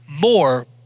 more